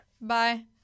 bye